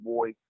Boy